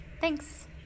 Thanks